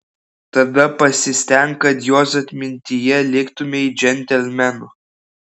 tada pasistenk kad jos atmintyje liktumei džentelmenu